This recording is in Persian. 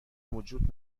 وجود